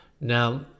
Now